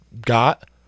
got